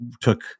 took